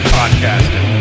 podcasting